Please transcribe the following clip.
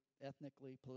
ethnically